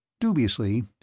Dubiously